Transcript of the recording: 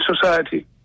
society